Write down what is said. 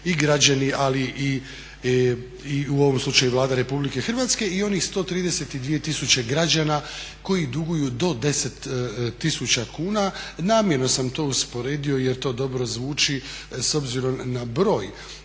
i građani ali u ovom slučaju i Vlada RH i onih 132 tisuće građana koji duguju do 10 tisuća kuna. Namjerno sam to usporedio jer to dobro zvuči s obzirom na broj